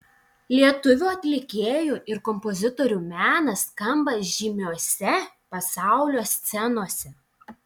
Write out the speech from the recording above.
lietuvių atlikėjų ir kompozitorių menas skamba žymiose pasaulio scenose